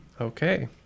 Okay